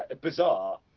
Bizarre